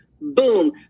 boom